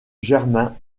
germain